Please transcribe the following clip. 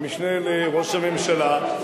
המשנה לראש הממשלה,